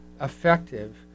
effective